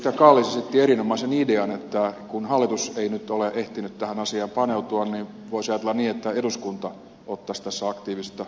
kallis esitti erinomaisen idean että kun hallitus ei nyt ole ehtinyt tähän asiaan paneutua niin voisi ajatella niin että eduskunta ottaisi tässä aktiivista roolia